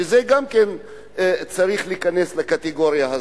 שזה גם כן צריך להיכנס לקטגוריה הזאת.